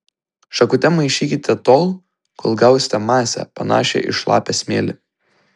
šakute maišykite tol kol gausite masę panašią į šlapią smėlį